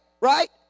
right